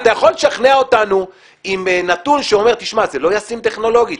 אתה יכול לשכנע אותנו עם נתון שאומר: זה לא ישים טכנולוגית.